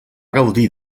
gaudir